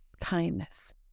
Kindness